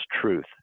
truth